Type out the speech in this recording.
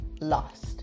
lost